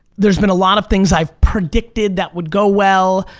there's been a lot of things i've predicted that would go well,